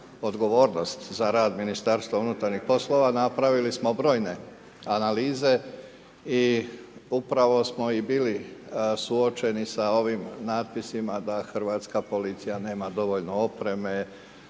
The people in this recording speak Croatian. odgovornost za rad Ministarstva unutarnjih poslova, napravili smo brojne analize i upravo smo i bili suočeni sa ovim natpisima da hrvatska policija nema dovoljno opreme.